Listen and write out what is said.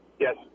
Yes